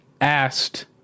asked